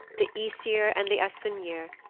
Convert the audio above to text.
the aesir and the asyniur,